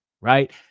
right